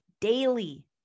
daily